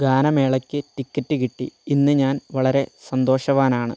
ഗാനമേളയ്ക്ക് ticket കിട്ടി ഇന്ന് ഞാൻ വളരെ സന്തോഷവാനാണ്